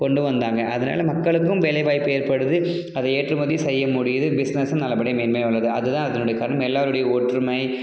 கொண்டு வந்தாங்க அதனாலே மக்களுக்கும் வேலை வாய்ப்பு ஏற்படுது அதை ஏற்றுமதி செய்ய முடியுது பிசினஸும் நல்லபடியாக மேன்மையா உள்ளது அது தான் அதனுடைய காரணம் எல்லோருடைய ஒற்றுமை